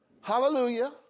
Hallelujah